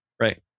right